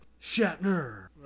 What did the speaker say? Shatner